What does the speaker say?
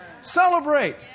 Celebrate